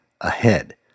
ahead